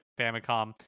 Famicom